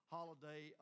holiday